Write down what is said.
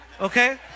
okay